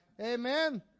Amen